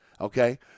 okay